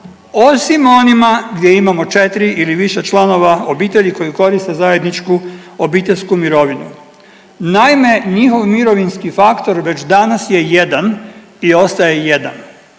osim onima gdje imamo 4 ili više članova obitelji koji koriste zajedničku obiteljsku mirovinu. Naime, njihov mirovinski faktor već danas je jedan i ostaje jedan,